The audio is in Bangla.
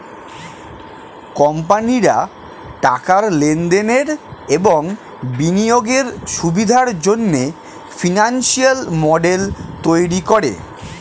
কোম্পানিরা টাকার লেনদেনের এবং বিনিয়োগের সুবিধার জন্যে ফিনান্সিয়াল মডেল তৈরী করে